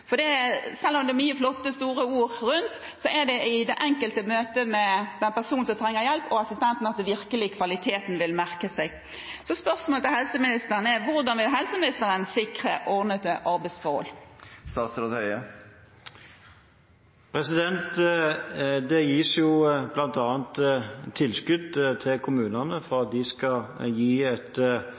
helst tariffavtaler. For selv om det er mange flotte, store ord rundt dette, er det i det enkelte møte mellom den personen som trenger hjelp, og assistenten at kvaliteten virkelig vil merkes. Så spørsmålet til helseministeren er: Hvordan vil helseministeren sikre ordnede arbeidsforhold? Det gis jo bl.a. tilskudd til kommunene for at de skal gi et